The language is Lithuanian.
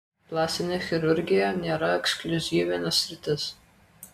plastinė chirurgija nėra ekskliuzyvinė sritis